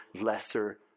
lesser